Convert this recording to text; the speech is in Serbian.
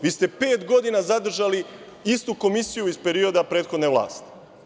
Vi ste pet godina zadržali istu Komisiju iz perioda prethodne vlasti.